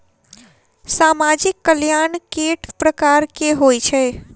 सामाजिक कल्याण केट प्रकार केँ होइ है?